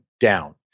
down